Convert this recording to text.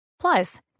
Plus